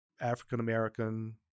African-American